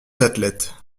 athlètes